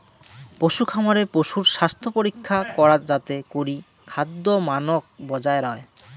পশুখামারে পশুর স্বাস্থ্যপরীক্ষা করা যাতে করি খাদ্যমানক বজায় রয়